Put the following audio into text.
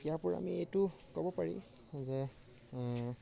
ইয়াৰ উপৰি আমি এইটো ক'ব পাৰি যে